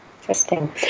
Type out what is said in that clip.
Interesting